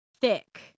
Thick